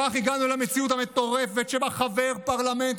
כך הגענו למציאות המטורפת שבה חבר פרלמנט